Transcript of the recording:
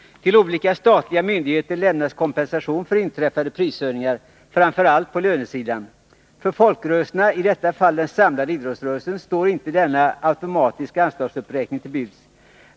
Till olika statliga rayndigheter lämnas kompensation för inträffade prishöjningar, framför allt på lönesidan. För folkrörelserna —i detta fall den samlade idrottsrörelsen — står inte denna automatiska anslagsuppräkning till buds.